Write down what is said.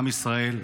עם ישראל,